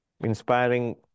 Inspiring